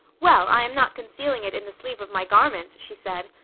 well, i am not concealing it in the sleeve of my garments, she said.